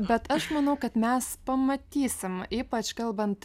bet aš manau kad mes pamatysim ypač kalbant